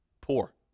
poor